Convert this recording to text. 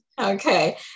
Okay